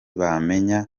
bamenya